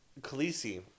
Khaleesi